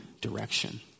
direction